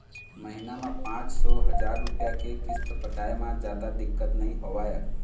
महिना म पाँच सौ, हजार रूपिया के किस्त पटाए म जादा दिक्कत नइ होवय